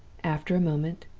after a moment,